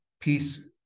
peace